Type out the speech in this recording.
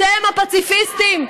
אתם, הפציפיסטים,